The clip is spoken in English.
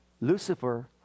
Lucifer